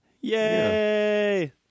Yay